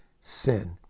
sin